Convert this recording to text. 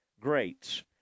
greats